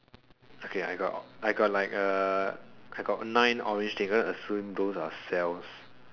okay I got I got like a I got nine orange thing gonna assume those are cells